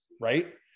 right